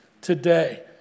today